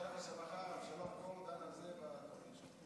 תדע לך שמחר אבשלום קור דן על זה בתוכנית שלו.